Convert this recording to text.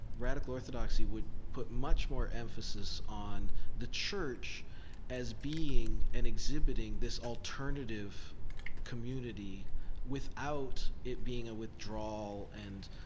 radical orthodoxy would put much more emphasis on the church as being and exhibiting this alternative community without it being a withdrawal and,